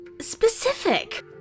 specific